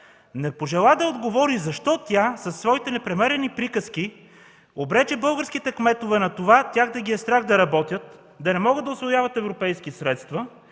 Не пожела да отговори защо тя със своите непремерени приказки обрече българските кметове да ги е страх да работят, да не могат да усвояват европейски средства